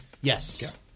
Yes